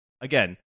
again